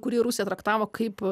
kurį rusija traktavo kaip